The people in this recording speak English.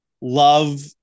love